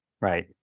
Right